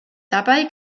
dabei